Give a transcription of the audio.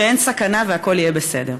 שאין סכנה והכול יהיה בסדר.